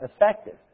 effective